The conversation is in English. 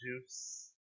juice